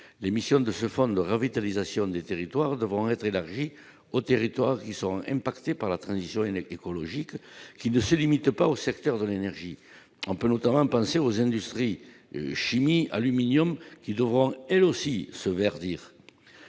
l'émission de se fondre le revitalisation des territoires, devront être élargi aux territoires qui sont impactés par la transition écologique qui ne se limite pas au secteur de l'énergie, on peut notamment penser aux industries chimiques aluminium qui devront elles aussi se verdir